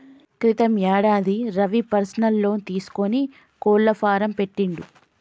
క్రితం యేడాది Ravi personal loan తీసుకొని కోళ్ల ఫాం పెట్టిండు